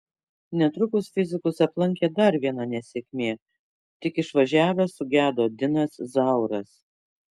netrukus fizikus aplankė dar viena nesėkmė tik išvažiavęs sugedo dinas zauras